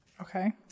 Okay